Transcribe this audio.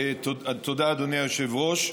תודה, אדוני היושב-ראש.